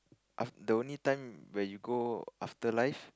af~ the only time where you go afterlife